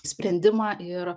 sprendimą ir